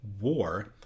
war